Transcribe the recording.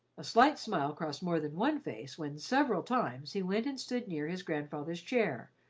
a slight smile crossed more than one face when several times he went and stood near his grandfather's chair,